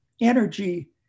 energy